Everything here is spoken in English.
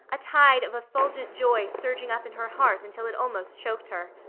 a tide of effulgent joy surging up in her heart until it almost choked her.